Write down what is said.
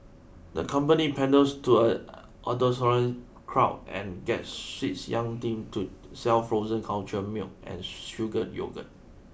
the company panders to a adolescent crowd and gets sweets young thing to sell frozen cultured milk and sugar yogurt